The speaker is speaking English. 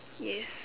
yes